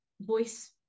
voice